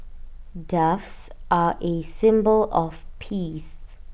doves are A symbol of peace